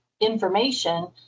information